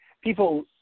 people